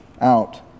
out